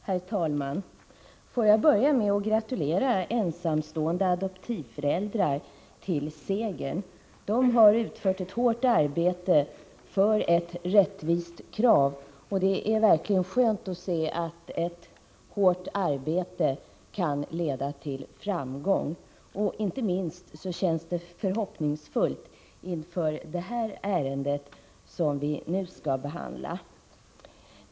Herr talman! Får jag börja med att gratulera ensamstående adoptivföräldrar till segern. De har utfört ett hårt arbete för ett rättvist krav. Det är verkligen skönt att se att ett hårt arbete kan leda till framgång. Inte minst känns det förhoppningsfullt inför det ärende som vi nu skall behandla.